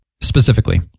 specifically